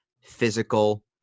physical